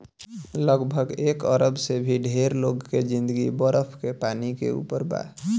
लगभग एक अरब से भी ढेर लोग के जिंदगी बरफ के पानी के ऊपर बा